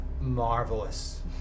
marvelous